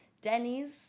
Denny's